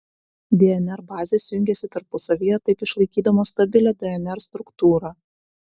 dnr bazės jungiasi tarpusavyje taip išlaikydamos stabilią dnr struktūrą